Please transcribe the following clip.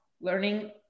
learning